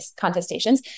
contestations